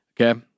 Okay